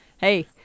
hey